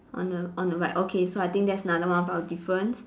on the on the right okay so I think that's another one of our difference